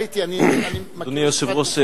אדוני היושב-ראש,